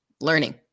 learning